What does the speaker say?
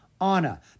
Anna